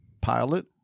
pilot